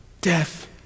Death